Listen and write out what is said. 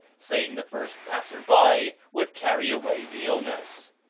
saying the first passer-by would carry away the illness.